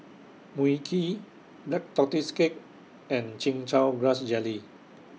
Mui Kee Black Tortoise Cake and Chin Chow Grass Jelly